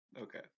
Okay